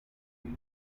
will